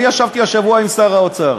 ישבתי השבוע עם שר האוצר,